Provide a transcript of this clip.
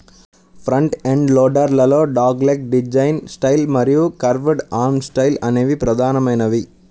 front end loader లలో dogleg design style మరియు curved arm style అనేవి ప్రధానమైనవి